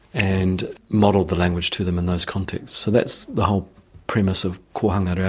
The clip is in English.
and modelled the language to them in those contexts. so that's the whole premise of kohanga reo,